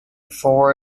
four